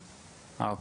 אוקי.